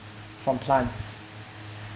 from plants